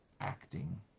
acting